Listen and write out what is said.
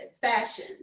fashion